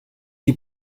die